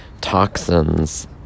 toxins